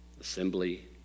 assembly